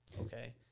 Okay